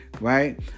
right